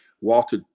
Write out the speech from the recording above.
Walter